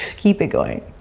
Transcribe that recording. keep it going.